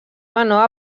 menor